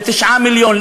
ל-9 מיליון,